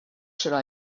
should